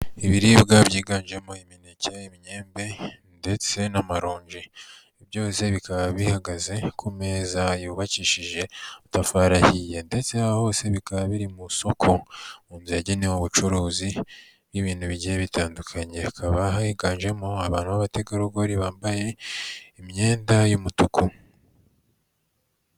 Ibiribwa byiganjemo imineke, imyembe ndetse n'amaronji, byose bikaba bihagaze ku meza yubakishije amatafari ahiye ndetse hose bikaba biri mu isoko ryagenewe ubucuruzi n'ibintu bigiye bitandukanye, hakaba higanjemo abantu b'abategarugori bambaye imyenda y'umutuku.